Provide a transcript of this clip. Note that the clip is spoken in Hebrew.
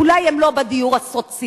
אולי הן לא בדיור הסוציאלי,